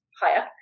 higher